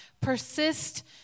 Persist